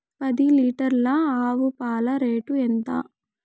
పది లీటర్ల ఆవు పాల రేటు ఎంత?